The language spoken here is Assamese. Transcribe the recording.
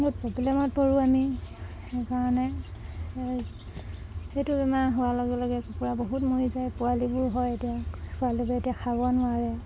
বহুত প্ৰব্লেমত পাৰোঁ আমি সেইকাৰণে সেইটো বেমাৰ হোৱাৰ লগে লগে কুকুৰা বহুত মৰি যায় পোৱালিবোৰ হয় এতিয়া পোৱালিবোৰে এতিয়া খাব নোৱাৰে